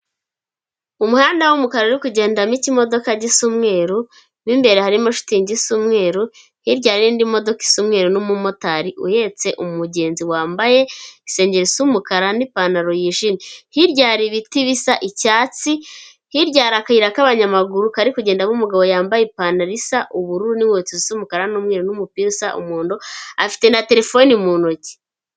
Umuhanda w'umukara uri kugendamo ikimodoka gisa umweruru, mo imbere harimo shitingi isa umweru, hirya hari indi modoka isa umweru n'umumotari uhetse umugenzi, wambaye isengeri isa umukara n'ipantaro yijimye, hirya hari ibiti bisa icyatsi, hirya hari akayira k'abanyamaguru kari kugendamo umugabo wambaye ipantaro isa ubururu n'inkweto zisa umukara n'umweru, n'umupira usa umuhondo afite na terefone mu ntoki.